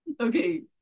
okay